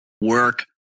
Work